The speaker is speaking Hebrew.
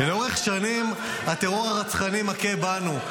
--- לאורך שנים הטרור הרצחני מכה בנו,